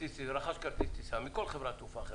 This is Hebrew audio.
שרכש כרטיס טיסה מכל חברת תעופה,